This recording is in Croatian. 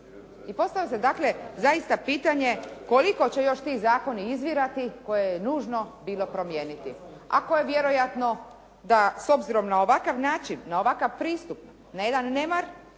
I postavlja se dakle, zaista pitanje, koliko će još ti zakoni izvirati koje je nužno bilo promijeniti. A koje vjerojatno da, s obzirom na ovakav način, na ovakav pristup, na jedan nemar